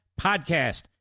podcast